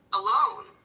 alone